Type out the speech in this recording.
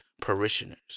parishioners